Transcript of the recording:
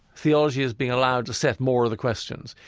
theology is being allowed to set more of the questions.